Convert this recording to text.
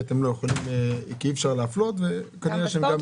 כי אי אפשר להפלות וכנראה שהם גם מקבלים.